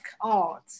art